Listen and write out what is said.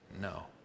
no